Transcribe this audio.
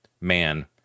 man